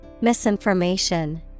Misinformation